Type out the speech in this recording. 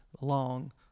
long